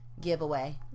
giveaway